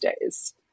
days